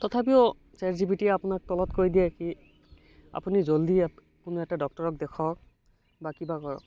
তথাপিও ছেট জি পিটিয়ে আপোনাক তলত কৈ দিয়ে কি আপুনি জলদি কোনো এটা ডক্টৰক দেখুৱাওক বা কিবা কৰক